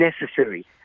necessary